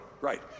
right